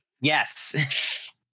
Yes